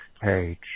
Page